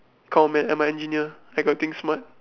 come on man I'm an engineer I got think smart